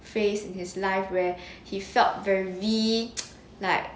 phase in his life where he felt very like